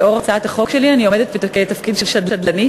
לאור הצעת החוק שלי, אני עומדת בתפקיד של שדלנית.